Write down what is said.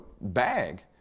bag